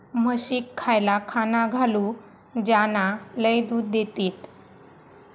म्हशीक खयला खाणा घालू ज्याना लय दूध देतीत?